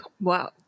wow